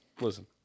Listen